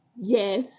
Yes